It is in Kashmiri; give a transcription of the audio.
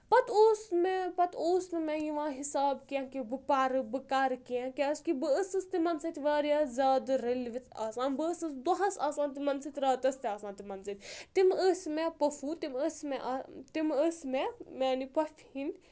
پَتہٕ اوس مےٚ پَتہٕ اوس نہٕ مےٚ یِوان حِساب کینٛہہ کہِ بہٕ پَرٕ بہٕ کَرٕ کینٛہہ کیٛازِکہِ بہٕ ٲسٕس تِمَن سۭتۍ واریاہ زیادٕ رٔلوِتھ آسان بہٕ ٲسٕس دۄہَس آسان تِمَن سۭتۍ راتَس تہِ آسان تِمَن سۭتۍ تِم ٲسۍ مےٚ پوٚفوٗ تِم ٲسۍ مےٚ تِم ٲس مےٚ میانہِ پۄفہِ ہِنٛدۍ